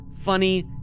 funny